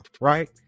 right